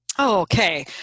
Okay